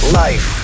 life